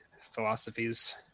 philosophies